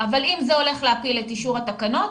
אבל אם זה הולך להפיל את אישור התקנות,